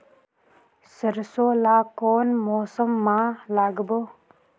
सरसो ला कोन मौसम मा लागबो?